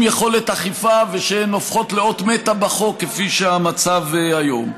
יכולת אכיפה שלהן ושהן הופכות לאות מתה בחוק כפי שהמצב היום.